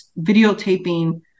videotaping